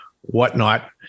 whatnot